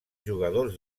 jugadors